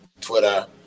Twitter